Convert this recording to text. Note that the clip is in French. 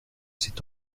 cet